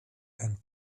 and